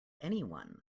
anyone